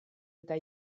eta